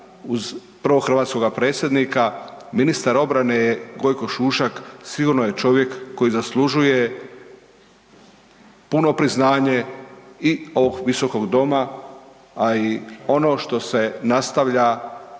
uz prvog hrvatskog predsjednika, ministar obrane je Gojko Šušak sigurno je čovjek koji zaslužuje puno priznanje i ovog visokog doma, a i ono što se nastavlja